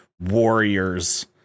warriors